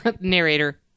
Narrator